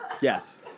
Yes